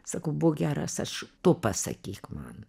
sakau būk geras aš tu pasakyk man